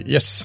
Yes